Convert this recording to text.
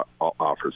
offers